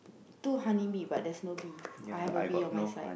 two honey bee but there's no bee I have a bee on my side